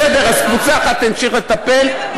בסדר, אז קבוצה אחת המשיכה לטפל,